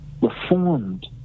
reformed